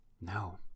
no